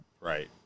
Right